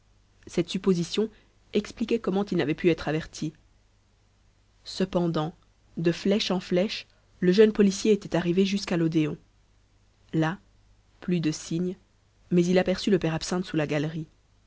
cette supposition expliquait comment il n'avait pu être averti cependant de flèche en flèche le jeune policier était arrivé jusqu'à l'odéon là plus de signes mais il aperçut le père absinthe sous la galerie